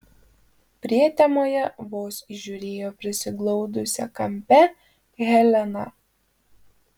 prietemoje vos įžiūrėjo prisiglaudusią kampe heleną